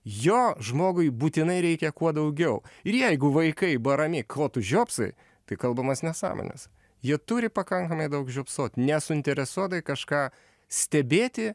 jo žmogui būtinai reikia kuo daugiau ir jeigu vaikai barami ko tu žiopsai tai kalbamos nesąmonės jie turi pakankamai daug žiopsot nesuinteresuotai kažką stebėti